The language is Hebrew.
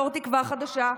יו"ר תקווה חדשה.